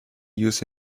used